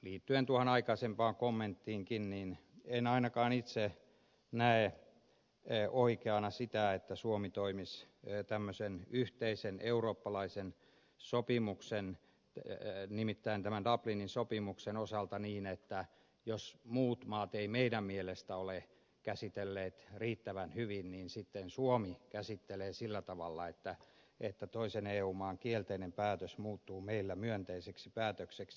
liittyen tuohon aikaisempaan kommenttiin en ainakaan itse näe oikeana sitä että suomi toimisi tämmöisen yhteisen eurooppalaisen sopimuksen nimittäin tämän dublinin sopimuksen osalta niin että jos muut maat eivät meidän mielestä ole käsitelleet riittävän hyvin niin sitten suomi käsittelee sillä tavalla että toisen eu maan kielteinen päätös muuttuu meillä myönteiseksi päätökseksi